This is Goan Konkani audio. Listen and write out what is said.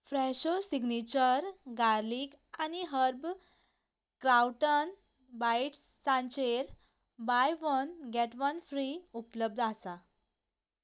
फ्रॅशो सिग्नेचर गार्लीक आनी हर्ब क्राउटन बायट्सांचेर buy one get one free उपलब्ध आसा